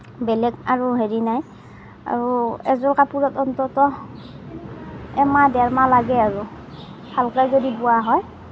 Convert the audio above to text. বেলেগ আৰু হেৰি নাই আৰু এযোৰ কাপোৰত অন্তত এমাহ ডেৰমাহ লাগে আৰু ভালকৈ যদি বোৱা হয়